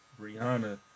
Brianna